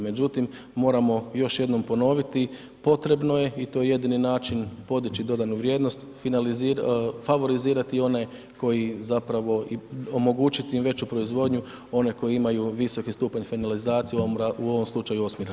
Međutim moramo još jednom ponoviti, potrebno je i to jedini način, podiči dodanu vrijednost, favorizirati one koji zapravo i omogućiti im veću proizvodnju onim koji imaju visoki stupanj finalizacije, u ovom slučaju osmi razred, hvala.